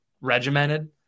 regimented